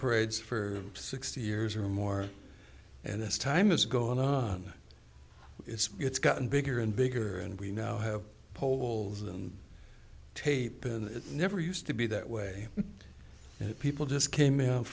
parades for sixty years or more and as time is going on it's it's gotten bigger and bigger and we now have poles and tape and it never used to be that way and people just came out